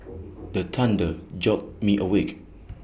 the thunder jolt me awake